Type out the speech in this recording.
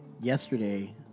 yesterday